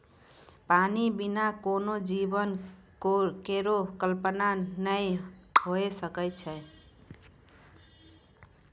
पानी बिना कोनो जीवन केरो कल्पना नै हुए सकै छै?